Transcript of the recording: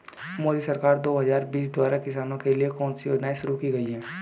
मोदी सरकार दो हज़ार बीस द्वारा किसानों के लिए कौन सी योजनाएं शुरू की गई हैं?